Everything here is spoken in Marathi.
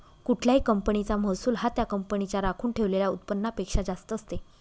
कुठल्याही कंपनीचा महसूल हा त्या कंपनीच्या राखून ठेवलेल्या उत्पन्नापेक्षा जास्त असते